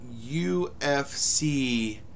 UFC